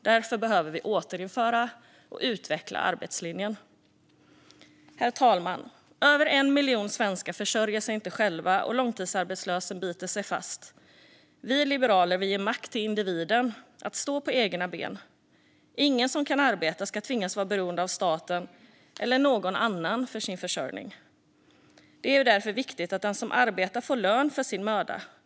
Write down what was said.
Därför behöver vi återinföra och utveckla arbetslinjen. Herr talman! Över 1 miljon svenskar försörjer sig inte själva, och långtidsarbetslösheten biter sig fast. Vi liberaler vill ge makt till individen att stå på egna ben. Ingen som kan arbeta ska tvingas vara beroende av staten eller någon annan för sin försörjning. Det är därför viktigt att den som arbetar får lön för sin möda.